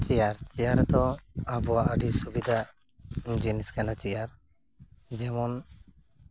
chair ᱫᱚ ᱟᱵᱚᱣᱟᱜ ᱟᱹᱰᱤ ᱥᱩᱵᱤᱫᱟ ᱡᱤᱱᱤᱥ ᱠᱟᱱᱟ ᱪᱮᱭᱟᱨ ᱡᱮᱢᱚᱱ